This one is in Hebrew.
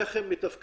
איך הם מתפקדים.